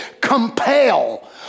compel